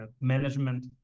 management